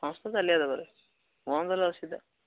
ସମସ୍ତେ ଚାଲିବା ଦରକାରେ ବନ୍ଦ ହେଲେ ଅସୁବିଧା